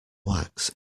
wax